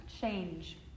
change